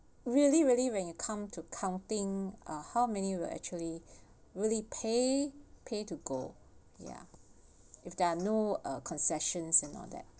really really when you come to counting uh how many will actually really pay pay to go ya if there are no uh concessions and all that